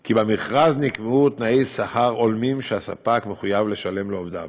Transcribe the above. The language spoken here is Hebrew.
כי במכרז נקבעו תנאי שכר הולמים שהספק מחויב לשלם לעובדיו.